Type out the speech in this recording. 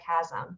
chasm